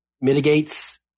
mitigates